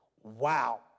Wow